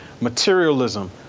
materialism